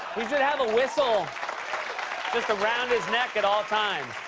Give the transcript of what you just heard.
he should have a whistle just around his neck at all times.